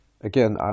Again